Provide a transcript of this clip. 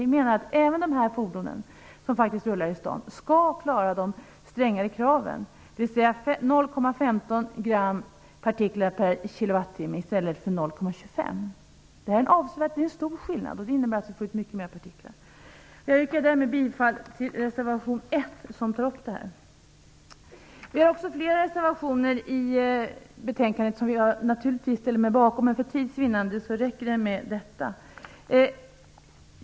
Vi menar att även de här fordonen, som faktiskt rullar i staden, skall klara de strängare kraven, dvs. 0,15 gram partiklar per kilowattimme i stället för 0,25. Det är en stor skillnad. Det innebär att vi får ut mycket mer partiklar. Jag yrkar därmed bifall till reservation 1, som tar upp detta. Vi har också fler reservationer i betänkande som jag naturligtvis ställer mig bakom, men för tids vinnande räcker det med detta.